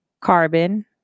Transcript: Carbon